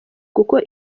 kuko